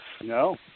No